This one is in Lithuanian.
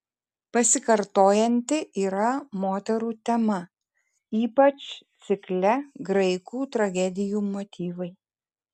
pasikartojanti yra moterų tema ypač cikle graikų tragedijų motyvai